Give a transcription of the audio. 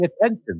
attention